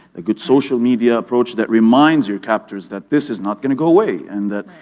a good social media approach that reminds your captors that this is not gonna go away, and that.